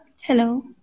hello